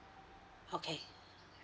okay